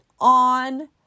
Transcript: on